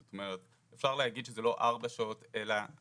זאת אומרת אפשר להגיד שזה לא ארבע שעות, אלא